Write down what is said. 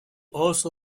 also